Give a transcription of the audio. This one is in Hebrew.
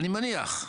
אני מניח,